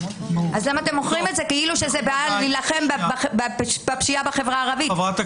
למה אתם מוכרים את זה כאילו זה כדי להילחם בפשיעה בחברה הערבית?